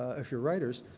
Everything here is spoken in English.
ah if you're writers,